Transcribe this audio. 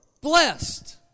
blessed